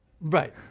Right